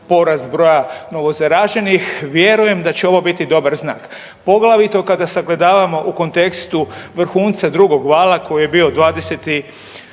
porast broja novozaraženih vjerujem da će ovo biti dobar znak, poglavito kada sagledavamo u kontekstu vrhunca drugog vala koji je bio